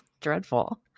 Dreadful